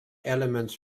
elements